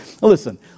listen